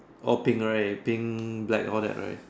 all pink right pink black all that right